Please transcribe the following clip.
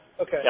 Okay